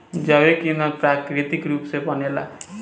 जैविक ईधन प्राकृतिक रूप से बनेला